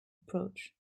approach